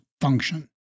function